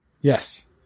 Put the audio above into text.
Yes